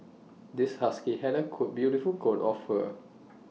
this husky had A cool beautiful coat of fur